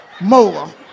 more